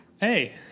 Hey